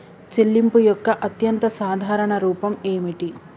చెల్లింపు యొక్క అత్యంత సాధారణ రూపం ఏమిటి?